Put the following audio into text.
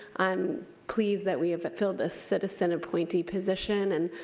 i'm pleased that we have fulfilled the citizen appointee position. and